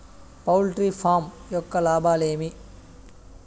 poultry farm యొక్క లాభాలు ఏమి